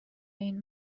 این